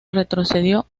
retrocedió